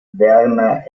werner